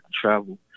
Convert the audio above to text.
travel